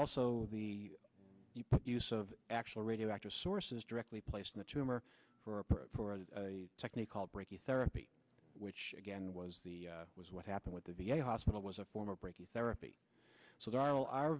also the use of actual radioactive sources directly placed in the tumour for a technique called breaking therapy which again was the was what happened with the v a hospital was a form of breakage therapy so there are